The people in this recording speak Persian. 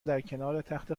درکنارتخت